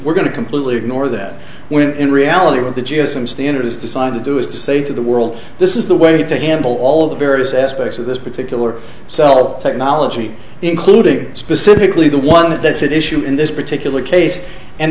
we're going to completely ignore that when in reality what the g a o some standard is designed to do is to say to the world this is the way to handle all of the various aspects of this particular cell technology including specifically the one that's at issue in this particular case